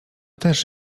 też